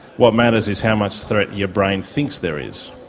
what matters is how much threat your brain thinks there is.